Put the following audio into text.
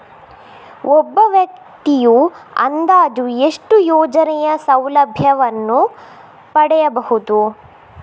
ಒಬ್ಬ ವ್ಯಕ್ತಿಯು ಅಂದಾಜು ಎಷ್ಟು ಯೋಜನೆಯ ಸೌಲಭ್ಯವನ್ನು ಪಡೆಯಬಹುದು?